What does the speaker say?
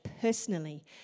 personally